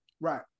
Right